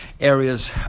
areas